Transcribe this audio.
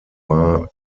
war